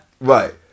Right